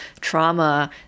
trauma